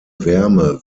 wärme